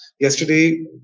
Yesterday